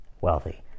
wealthy